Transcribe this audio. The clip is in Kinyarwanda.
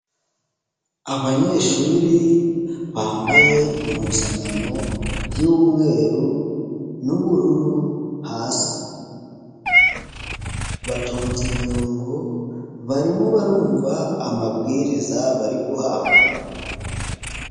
Abanyeshuri bambaye impuzankano y'umweru n'ubururu hasi, batonze imirongo barimo barumva amabwiriza bari guhabwa.